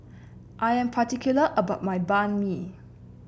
I'm particular about my Banh Mi